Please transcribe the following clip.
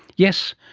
yes,